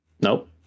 Nope